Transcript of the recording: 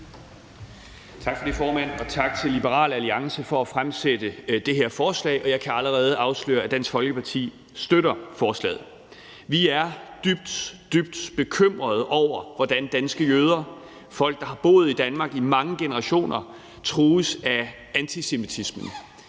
Tak for det, formand, og tak til Liberal Alliance for at fremsætte det her forslag. Jeg kan allerede afsløre, at Dansk Folkeparti støtter forslaget. Vi er dybt, dybt bekymrede over, hvordan danske jøder, folk, der har boet i Danmark i mange generationer, trues af antisemitisme,